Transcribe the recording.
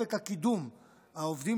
אופק הקידום, העובדים